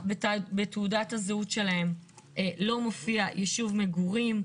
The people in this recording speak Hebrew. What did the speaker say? בתעודת הזהות שלהם לא מופיע יישוב מגורים,